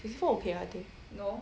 sixty four okay lah I think